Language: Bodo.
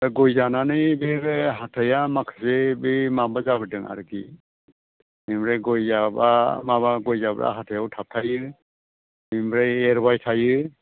दा गय जानानै नैबे हाथाइया माखासे बै माबा जाबोदों आरोखि बेनिफ्राय गय जाबा माबा गय जाब्ला हाथाइआव थाबथायो बेनिफ्राय एरबाय थायो